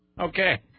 Okay